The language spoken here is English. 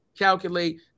calculate